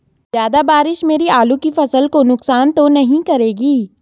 ज़्यादा बारिश मेरी आलू की फसल को नुकसान तो नहीं करेगी?